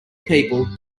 people